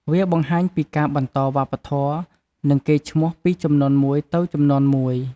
វាបង្ហាញពីការបន្តវប្បធម៌ នឹងកេរ្ត៍ឈ្មោះពីជំនាន់មួយទៅជំនាន់មួយ។